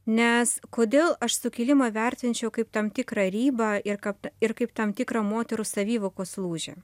nes kodėl aš sukilimą vertinčiau kaip tam tikrą ribą ir kad ir kaip tam tikra moterų savivokos lūžį